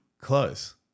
close